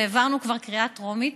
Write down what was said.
וכבר העברנו בקריאה טרומית,